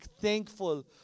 thankful